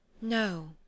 No